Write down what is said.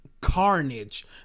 carnage